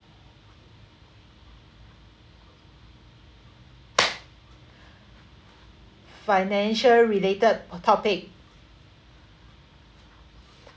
financial related topic